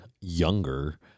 younger